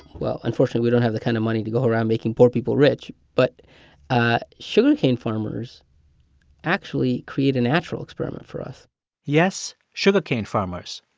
well, unfortunately we don't have the kind of money to go around making poor people rich. but ah sugarcane farmers actually create a natural experiment for us yes, sugarcane farmers,